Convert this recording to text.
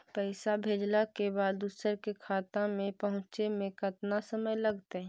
पैसा भेजला के बाद दुसर के खाता में पहुँचे में केतना समय लगतइ?